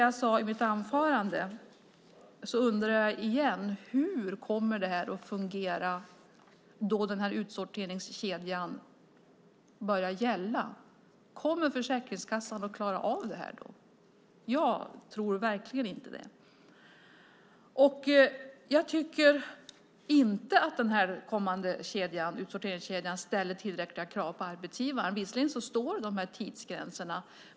Jag frågade i mitt anförande och undrar igen: Hur kommer det att fungera när utsorteringskedjan börjar gälla? Kommer Försäkringskassan då att klara av det? Jag tror verkligen inte det. Jag tycker inte att den kommande utsorteringskedjan ställer tillräckliga krav på arbetsgivaren. Visserligen står det om tidsgränser.